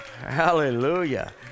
hallelujah